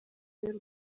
y’u